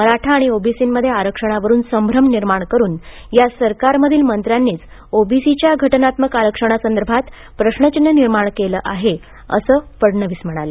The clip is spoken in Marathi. मराठा आणि ओबीसींमध्ये आरक्षणावरून संभ्रम निर्माण करून या सरकारमधील मंत्र्यांनीच ओबीसींच्या घटनात्मक आरक्षणासंदर्भात प्रश्नचिन्ह निर्माण केले आहे असे फडणवीस म्हणाले